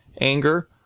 anger